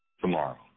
tomorrow